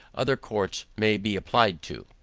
other courts may be applied to.